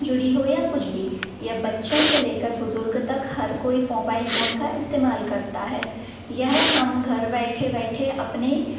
जुड़ी हो या कुछ भी यह बच्चों से लेकर बुजुर्ग तक हर कोई मोबाइल फ़ोन का इस्तेमाल करता है यह हम घर बैठे बैठे अपने